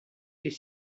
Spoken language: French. est